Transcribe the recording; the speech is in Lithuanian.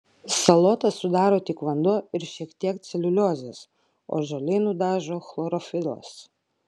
salotas sudaro tik vanduo ir šiek tiek celiuliozės o žaliai nudažo chlorofilas